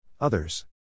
Others